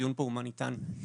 הדיון פה הוא מה ניתן לעובד.